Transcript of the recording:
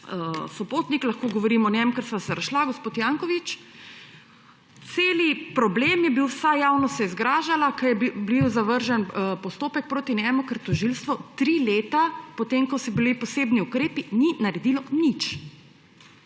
sopotnik, lahko govorim o njem, ker sva se razšla, gospod Janković –velik problem je bil, vsa javnost se je zgražala, ker je bil zavržen postopek proti njemu, ker tožilstvo tri leta po tem, ko so bili posebni ukrepi, ni naredilo nič.